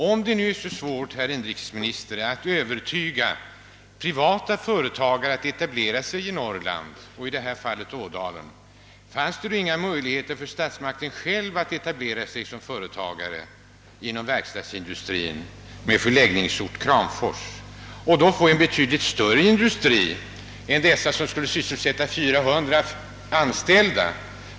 Om det nu är så svårt, herr inrikesminister, att förmå privata företagare att etablera sig i Norrland, i detta fall i Ådalen, frågar jag: Finns det då inga möjligheter för statsmakterna själva att etablera sig som företagare inom verkstadsindustrin med Kramfors som förläggningsort och därmed få en betydligt större industri än de som inrikesministern talade om som skulle sysselsätta 400 anställda?